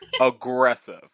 Aggressive